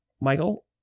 Michael